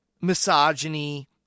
misogyny